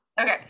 Okay